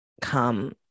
come